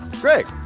Greg